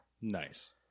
Nice